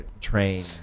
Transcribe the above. train